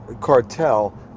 cartel